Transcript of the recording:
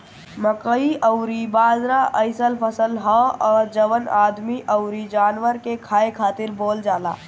मकई अउरी बाजरा अइसन फसल हअ जवन आदमी अउरी जानवर के खाए खातिर बोअल जाला